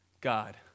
God